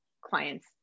clients